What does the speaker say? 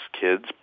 kids